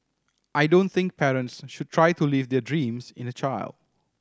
I don't think parents should try to live their dreams in a child